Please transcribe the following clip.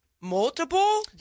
multiple